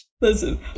listen